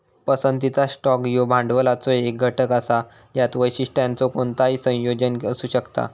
पसंतीचा स्टॉक ह्यो भांडवलाचो एक घटक असा ज्यात वैशिष्ट्यांचो कोणताही संयोजन असू शकता